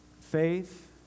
Faith